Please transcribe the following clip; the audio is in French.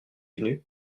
venu